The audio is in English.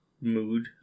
mood